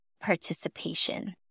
participation